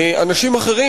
אנשים אחרים,